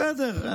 בסדר.